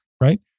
right